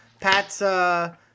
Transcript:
Pat's